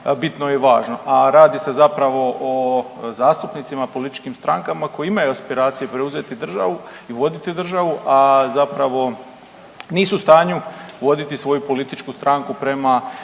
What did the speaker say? bitno i važno. A radi se zapravo o zastupnicima i političkim strankama koji imaju aspiracije preuzeti državu i voditi državu, a zapravo nisu u stanju voditi svoju političku stranku prema